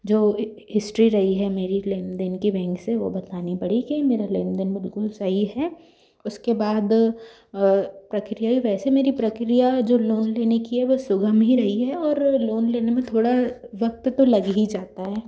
जो हिस्ट्री रही है मेरी लेने देन की बेंक से वो बतानी पड़ी कि मेरा लेन देन बिल्कुल सही है उसके बाद प्रक्रिया ही वैसे मेरी प्रक्रिया जो लोन लेने की है वो सुगम ही रही है और लोन लेने में थोड़ा वक़्त तो लग ही जाता है